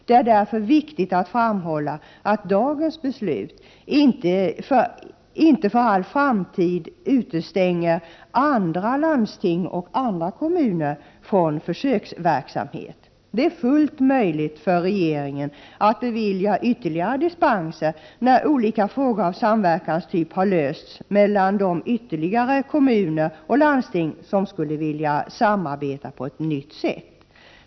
Det är därför viktigt att framhålla att dagens beslut inte för all framtid utestänger andra landsting och andra kommuner från försöksverksamhet. Det är fullt möjligt för regeringen att bevilja ytterligare dispenser när olika frågor av samverkanstyp har lösts mellan de ytterligare kommuner och landsting som skulle vilja samarbeta på ett nytt sätt.